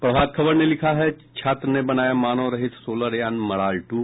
प्रभात खबर ने लिखा है छात्र ने बनाया मानवरहित सोलर यान मराल टू